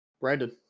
Brandon